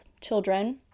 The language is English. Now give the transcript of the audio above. children